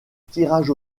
tirage